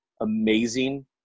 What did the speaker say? amazing